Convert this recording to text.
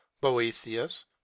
boethius